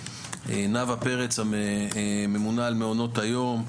נאוה פרץ ממונה על מעונות היום,